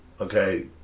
Okay